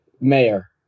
Mayor